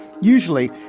Usually